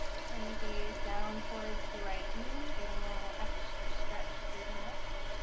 turn the gaze down towards the right knee, getting a little extra stretch through the neck.